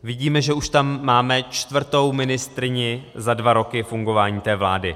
Vidíme, že už tam máme čtvrtou ministryni za dva roky fungování té vlády.